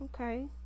Okay